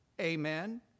Amen